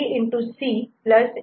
C F2 B